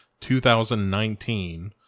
2019